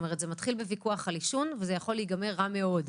זה מתחיל בוויכוח על עישון ויכול להיגמר רע מאוד,